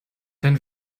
dein